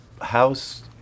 house